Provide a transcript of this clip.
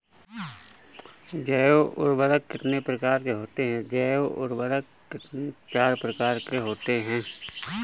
जैव उर्वरक कितनी प्रकार के होते हैं?